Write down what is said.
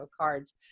cards